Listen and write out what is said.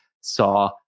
saw